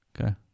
Okay